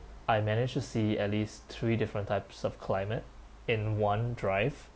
I managed to see at least three different types of climate in one drive